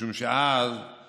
משום שבו